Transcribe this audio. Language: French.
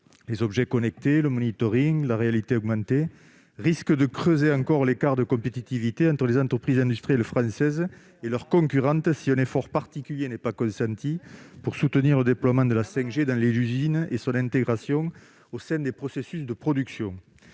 liées- objets connectés, monitoring, réalité augmentée -risque de creuser encore l'écart de compétitivité entre les entreprises industrielles françaises et leurs concurrentes si un effort particulier n'est pas consenti pour soutenir le déploiement de la 5G dans les usines et son intégration au sein des processus de production.